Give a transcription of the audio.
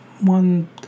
one